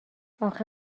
آخه